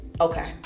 Okay